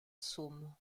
somme